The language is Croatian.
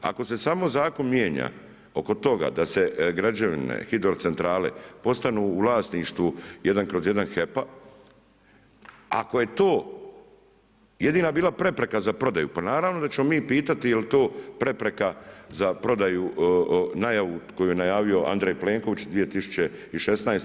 Ako se samo zakon mijenja oko toga da se građevine, hidrocentrale postanu u vlasništvu 1/1 HEP-a, ako je to jedina bila prepreka za prodaju, pa naravno da ćemo mi pitati je li to prepreka za prodaju, najavu koju je najavio Andrej Plenković 2016.